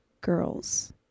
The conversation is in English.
girls